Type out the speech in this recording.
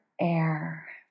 air